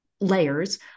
layers